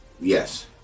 Yes